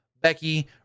Becky